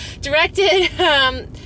Directed